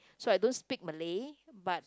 so I don't speak Malay but